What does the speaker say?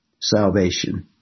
salvation